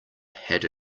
had